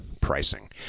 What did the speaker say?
pricing